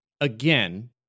again